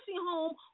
home